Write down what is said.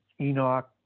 Enoch